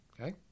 okay